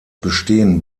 bestehen